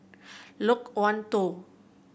Loke Wan Tho